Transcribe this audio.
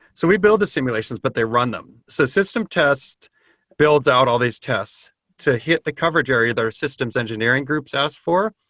so we build the simulations, but they run them. so system tests builds out all these tests to hit the coverage area their systems engineering group has asked for.